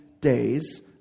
days